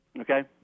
okay